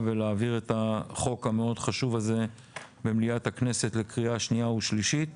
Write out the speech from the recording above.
ולהעביר את החוק המאוד חשוב הזה במליאת הכנסת לקריאה שנייה ושלישית.